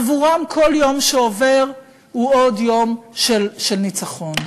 עבורם, כל יום שעובר הוא עוד יום של ניצחון,